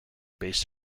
based